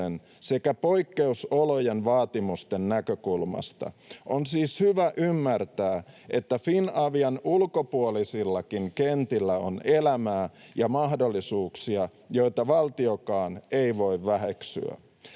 sekä poikkeusolojen vaatimusten näkökulmasta. On siis hyvä ymmärtää, että Finavian ulkopuolisillakin kentillä on elämää ja mahdollisuuksia, joita valtiokaan ei voi väheksyä.